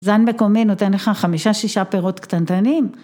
זן מקומן נותן לך חמישה שישה פירות קטנטנים.